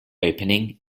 opening